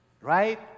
Right